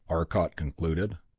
arcot concluded.